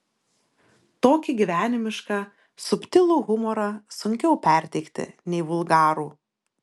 tokį gyvenimišką subtilų humorą sunkiau perteikti nei vulgarų